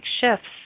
shifts